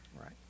Right